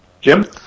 Jim